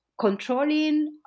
controlling